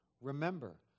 Remember